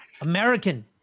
American